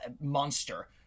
monster